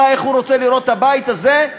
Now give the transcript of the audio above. לגבי איך הוא רוצה לראות את הבית הזה,